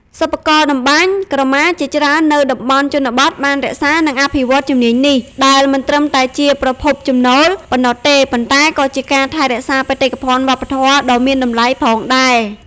សិប្បករតម្បាញក្រមាជាច្រើននៅតំបន់ជនបទបានរក្សា និងអភិវឌ្ឍជំនាញនេះ ដែលមិនត្រឹមតែជាប្រភពចំណូលប៉ុណ្ណោះទេ ប៉ុន្តែក៏ជាការថែរក្សាបេតិកភណ្ឌវប្បធម៌ដ៏មានតម្លៃផងដែរ។